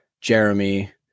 Jeremy